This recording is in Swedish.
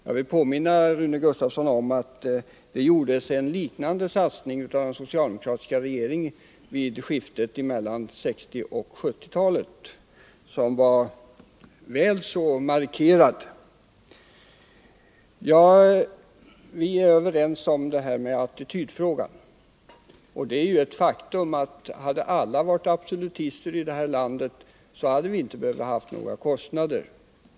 Jag vill påminna Rune Gustavsson om att den socialdemokratiska regeringen gjorde en liknande och väl så markerad satsning i skiftet mellan 1960 och 1970-talen. Vi är överens om att det är viktigt att vi får en ändrad attityd på alkoholområdet. Det är ett faktum att hade alla här i landet varit absolutister hade vi inte haft några problem.